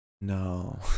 No